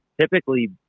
Typically